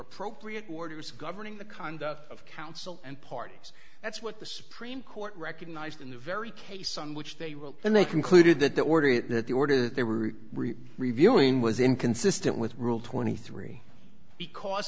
appropriate orders governing the conduct of counsel and parties that's what the supreme court recognized in the very case on which they rule and they concluded that the order that the order that they were reviewing was inconsistent with rule twenty three because